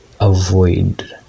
avoid